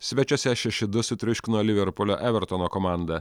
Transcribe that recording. svečiuose šeši du sutriuškino liverpulio evertono komandą